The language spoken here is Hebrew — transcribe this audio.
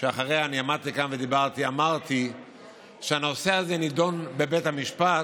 שאחריה אני עמדתי כאן ודיברתי אמרתי שהנושא הזה נדון בבית המשפט,